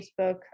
Facebook